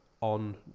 On